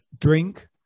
drink